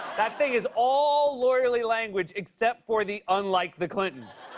that thing is all lawyerly language except for the unlike the clintons!